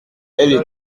elle